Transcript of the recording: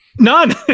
None